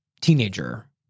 teenager